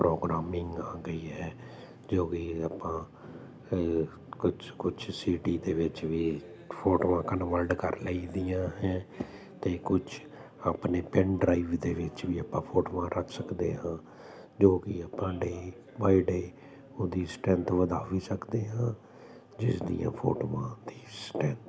programming ਆ ਗਈ ਹੈ ਜੋ ਕਿ ਆਪਾਂ ਕੁਝ ਕੁਝ ਸੀਟੀ ਦੇ ਵਿੱਚ ਵੀ ਫੋਟੋਆਂ ਕਨਵਰਟ ਕਰ ਲਈ ਦੀਆਂ ਹੈ ਅਤੇ ਕੁਝ ਆਪਣੇ ਪਿੰਨਡਰਾਈਵ ਦੇ ਵਿੱਚ ਵੀ ਆਪਾਂ ਫੋਟੋਆਂ ਰੱਖ ਸਕਦੇ ਹਾਂ ਜੋ ਕਿ ਆਪਾਂ ਡੇ ਬਾਈ ਡੇ ਉਹਦੀ ਸਟਰੈਂਥ ਵਧਾ ਵੀ ਸਕਦੇ ਹਾਂ ਜਿਸ ਦੀਆਂ ਫੋਟੋਆਂ ਦੀ ਸਟੈਂਥ